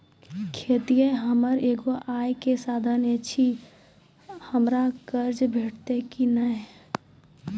खेतीये हमर एगो आय के साधन ऐछि, हमरा कर्ज भेटतै कि नै?